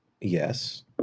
yes